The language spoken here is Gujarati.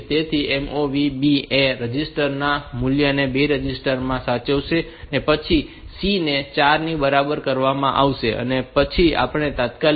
તેથી MOV B A આ A રજિસ્ટર ના આ મૂલ્યને B રજિસ્ટર માં સાચવશે પછી આ C ને 4 ની બરાબર કરવામાં આવે છે અને પછી આપણે તાત્કાલિક F 0 સાથે જઈએ છીએ